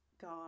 God